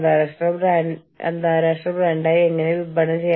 അന്താരാഷ്ട്ര തൊഴിൽ ബന്ധങ്ങൾ സ്ഥാപിക്കുന്നതിനുള്ള മറ്റൊരു മാർഗമാണ് സഹ നിർണ്ണയം